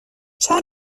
چند